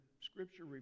scripture